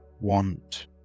want